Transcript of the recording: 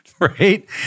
right